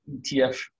ETF